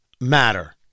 matter